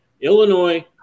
Illinois